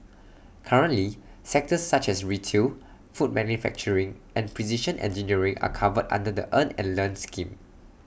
currently sectors such as retail food manufacturing and precision engineering are covered under the earn and learn scheme